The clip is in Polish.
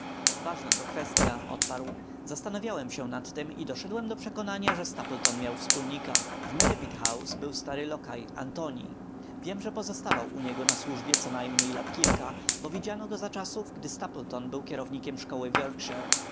ważna to kwestya odparł zastanawiałem się nad nią i doszedłem do przekonania że stapleton miał wspólnika w merripit house był stary lokaj antoni wiem że pozostawał u niego w służbie conajmniej lat kilka bo widziano go za czasów gdy stapleton był kierownikiem szkoły